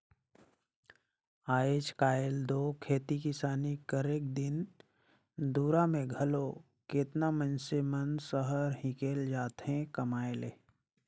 आएज काएल दो खेती किसानी करेक दिन दुरा में घलो केतना मइनसे मन सहर हिंकेल जाथें कमाए ले